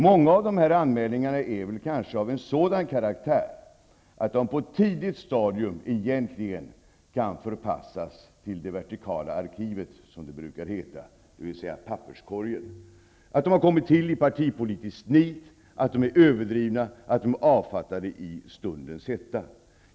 Många av anmälningarna är kanske av den karaktären att de på ett tidigt stadium egentligen kan förpassas till det vertikala arkivet, som det brukar heta -- dvs. papperskorgen. De har kommit till av partipolitiskt nit. De är överdrivna och har avfattats i stundens hetta.